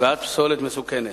ועד פסולת מסוכנת.